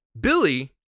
Billy